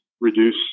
reduce